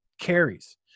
carries